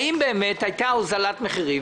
האם באמת הייתה הוזלת מחירים,